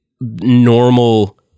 normal